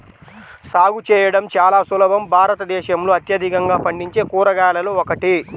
సాగు చేయడం చాలా సులభం భారతదేశంలో అత్యధికంగా పండించే కూరగాయలలో ఒకటి